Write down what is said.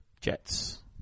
Jets